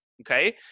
Okay